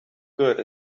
good